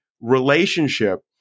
relationship